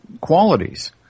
qualities